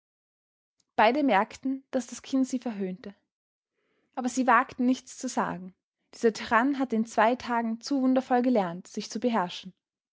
beide merkten daß das kind sie verhöhnte aber sie wagten nichts zu sagen dieser tyrann hatte in zwei tagen zu wundervoll gelernt sich zu beherrschen